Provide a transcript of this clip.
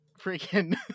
freaking